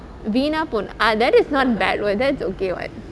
வீணா போன:veena pone ah that is not bad word that's okay [what]